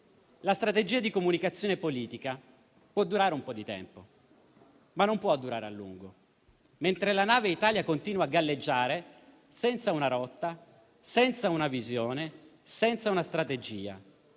la strategia di comunicazione politica può durare un po' di tempo, ma non a lungo. Mentre la nave Italia continua a galleggiare senza una rotta, senza una visione, senza una strategia,